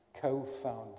co-founder